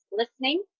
listening